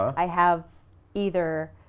i have either